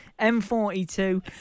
M42